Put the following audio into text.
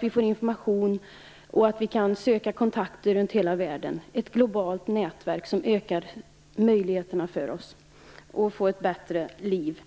Vi får information och kan söka kontakter runt hela världen, ett globalt nätverk som ökar möjligheterna för oss att få ett bättre liv.